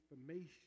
information